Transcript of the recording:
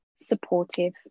supportive